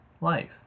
life